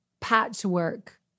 patchwork